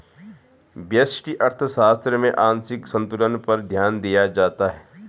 व्यष्टि अर्थशास्त्र में आंशिक संतुलन पर ध्यान दिया जाता है